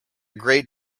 great